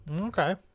Okay